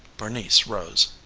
bernice rose.